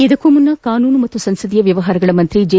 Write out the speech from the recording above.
ಇದಕ್ಕೂ ಮುನ್ನ ಕಾನೂನು ಮತ್ತು ಸಂಸದೀಯ ವ್ಲವಹಾರಗಳ ಸಚಿವ ಜೆ